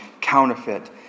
counterfeit